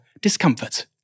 discomfort